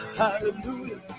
hallelujah